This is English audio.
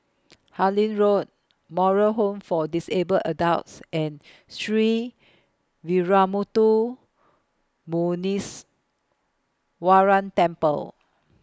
Harlyn Road Moral Home For Disabled Adults and Sree Veeramuthu Muneeswaran Temple